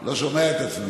אני לא שומע את עצמי.